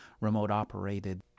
remote-operated